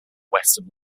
western